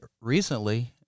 recently